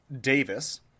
davis